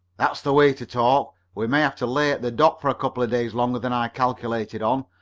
that's the way to talk. we may have to lay at the dock for a couple of days longer than i calculated on,